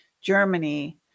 Germany